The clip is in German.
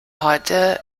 heute